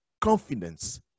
confidence